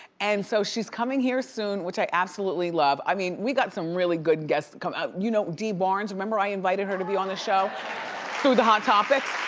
and so she's coming here soon, which i absolutely love. i mean, we got some really good guests coming. you know dee barnes, remember i invited her to be on the show through the hot topics?